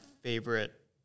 favorite